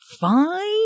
fine